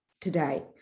today